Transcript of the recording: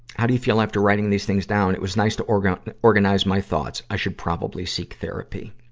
how do you feel after writing these things down? it was nice to organize organize my thoughts. i should probably seek therapy.